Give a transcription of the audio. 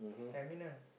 stamina